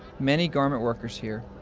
many garment workers here,